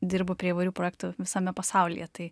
dirbu prie įvairių projektų visame pasaulyje tai